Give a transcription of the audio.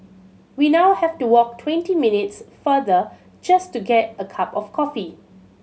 we now have to walk twenty minutes farther just to get a cup of coffee